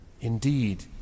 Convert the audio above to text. Indeed